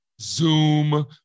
Zoom